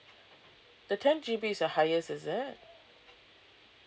the ten G_B is the highest is it